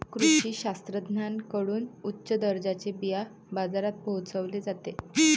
कृषी शास्त्रज्ञांकडून उच्च दर्जाचे बिया बाजारात पोहोचवले जाते